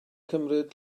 cymryd